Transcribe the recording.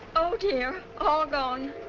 oh, dear. all gone.